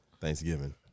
Thanksgiving